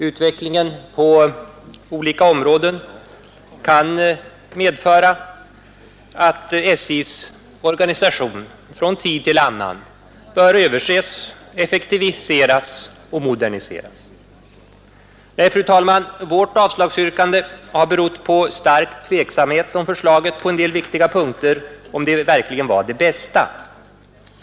Utvecklingen på olika områden kan givetvis medföra att SJ:s organisation från tid till annan bör överses, effektiviseras och moderniseras. Nej, fru talman, vårt avslagsyrkande beror på stark tveksamhet om förslaget på en del viktiga punkter verkligen är det bästa.